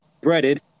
breaded